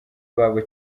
babo